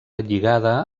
lligada